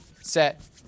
set